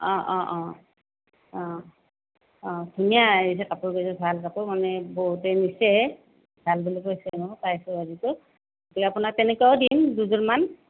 অঁ অঁ অঁ অঁ অঁ ধুনীয়া আহিছে কাপোৰকেইযোৰ ভাল কাপোৰ মানে বহুতে নিছে ভাল বুলি কৈছে মোক পাইছোঁ আপোনাক তেনেকুৱাও দিম দুযোৰ মান